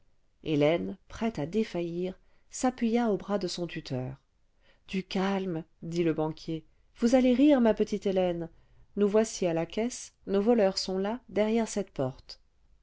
hélène prête à défaillir s'appuya au bras de son tuteur du calme dit le banquier vous allez rire ma petite hélène nous voici à la caisse nos voleurs sont là derrière cette porte